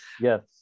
Yes